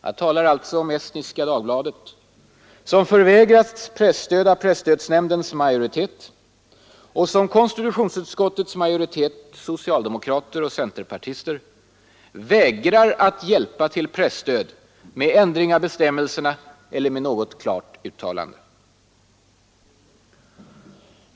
Jag talar alltså om Eesti Päevaleht, Estniska Dagbladet, som förvägrats presstöd av presstödsnämndens majoritet och som konstitutionsutskottets majoritet — socialdemokrater och centerpartister — vägrar att hjälpa till presstöd med ändring av bestämmelserna eller med något klart uttalande.